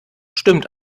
stimmt